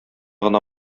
гына